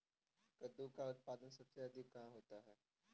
कद्दू का उत्पादन सबसे अधिक कहाँ होता है?